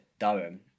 Durham